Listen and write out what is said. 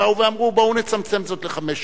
שבאו ואמרו: בואו נצמצם זאת לחמש שנים.